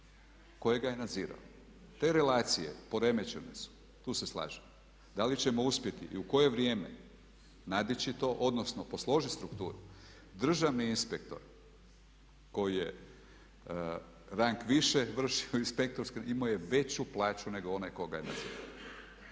kojega je nadzirao. Te relacije poremećene su, tu se slažem. Da li ćemo uspjeti i u koje vrijeme nadići to odnosno posložiti strukturu, državni inspektor koji je rang više vršio inspektorske, imao je veću plaću nego onaj ko ga je nadzirao.